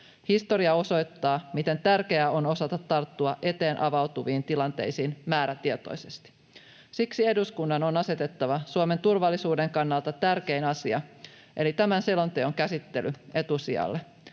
Historia osoittaa, miten tärkeää on osata tarttua eteen avautuviin tilanteisiin määrätietoisesti. Siksi eduskunnan on asetettava Suomen turvallisuuden kannalta tärkein asia, eli tämän selonteon käsittely, etusijalle.